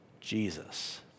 Jesus